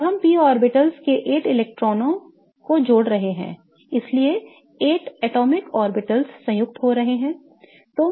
अब हम p orbitals से 8 इलेक्ट्रॉनों को जोड़ रहे हैं इसलिए 8 atomic orbitals संयुक्त हो रहे हैं